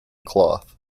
cloth